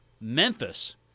Memphis